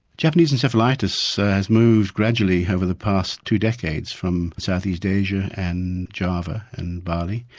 japanese encephalitis has moved gradually over the past two decades from south east asia and java and bali.